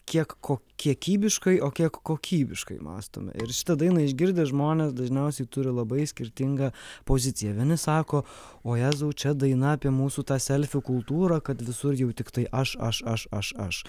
kiek ko kiekybiškai o kiek kokybiškai mąstome ir šitą dainą išgirdę žmonės dažniausiai turi labai skirtingą poziciją vieni sako o jezau čia daina apie mūsų tą selfių kultūrą kad visur jau tiktai aš aš aš aš aš